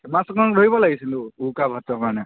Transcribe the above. উৰুকাৰ ভাতটোৰ কাৰণে